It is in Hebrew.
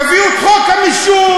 תביאו את חוק המישוש,